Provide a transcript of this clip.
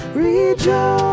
rejoice